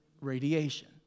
radiation